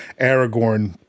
Aragorn